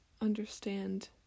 understand